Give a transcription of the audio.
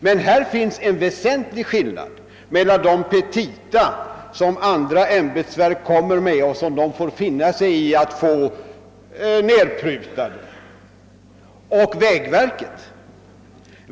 Det finns emellertid en väsentlig skillnad mellan de petita som andra ämbetsverk framlägger och som de får finna sig i att få nedprutade och vägverkets petita.